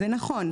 זה נכון.